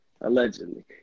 allegedly